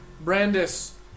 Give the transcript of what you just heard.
Brandis